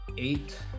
eight